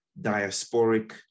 diasporic